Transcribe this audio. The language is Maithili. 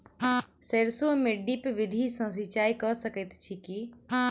सैरसो मे ड्रिप विधि सँ सिंचाई कऽ सकैत छी की?